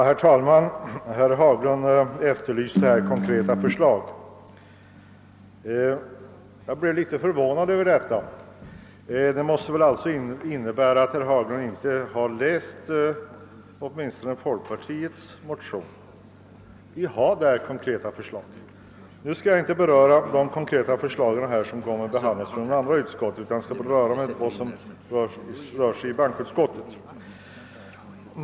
Herr talman! Jag blev litet förvånad över att herr Haglund efterlyste konkreta förslag. Det måste innebära att herr Haglund inte har läst folkpartiets motion, där vi lägger fram konkreta förslag. Nu skall jag inte beröra de förslag som behandlats av andra utskott, utan jag skall bara beröra dem som har behandlats av bankoutskottet.